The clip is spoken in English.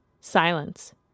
Silence